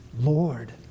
Lord